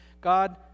God